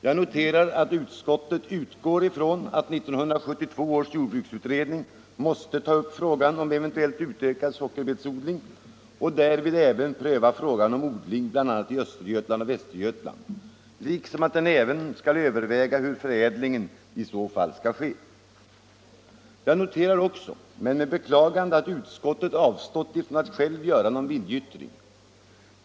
Jag noterar att utskottet utgår ifrån att 1972 års jordbruksutredning måste ta upp frågan om eventuellt utökad sockerbetsodling och därvid även pröva frågan om odling bl.a. i Östergötland och Västergötland, liksom att den även skall överväga hur förädlingen i så fall skall ske. Jag noterar också, men med beklagande, att utskottet avstått ifrån att självt göra någon viljeyttring.